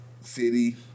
city